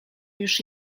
już